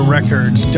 Records